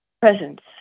presence